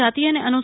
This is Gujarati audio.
જાતિ અને અનુ